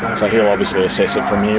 ah he'll obviously assess it from yeah